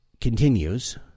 continues